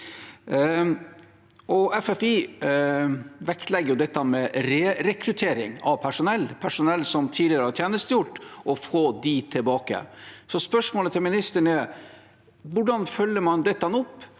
FFI vektlegger dette med rerekruttering av personell som tidligere har tjenestegjort, og få dem tilbake. Så spørsmålet til ministeren er: Hvordan følger man dette opp?